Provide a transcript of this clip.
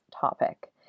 topic